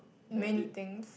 many things